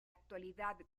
actualidad